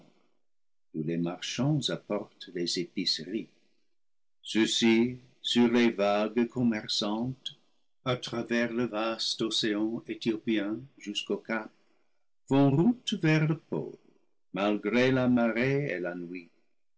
les marchands apportent les épiceries ceux-ci sur les vagues commerçantes à travers le vaste océan ethiopien jusqu'au cap font route vers le pôle malgré la marée et la nuit